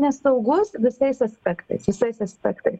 nesaugus visais aspektais visais aspektai